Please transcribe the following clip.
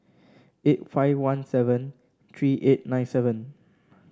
eight five one seven three eight nine seven